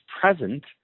present